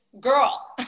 girl